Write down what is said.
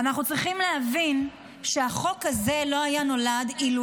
אנחנו צריכים להבין שהחוק הזה לא היה נולד אילו